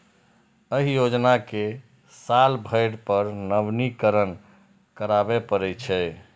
एहि योजना कें साल भरि पर नवीनीकरण कराबै पड़ै छै